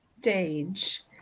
stage